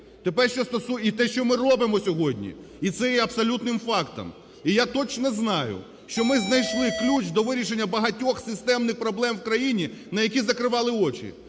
Тепер що… І те, що ми робимо сьогодні, і це є абсолютним фактом. І я точно знаю, що ми знайшли ключ до вирішення багатьох системних проблем в країні, на які закривали очі.